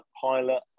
pilot